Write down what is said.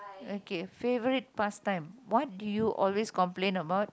okay favourite pastime what do you always complain about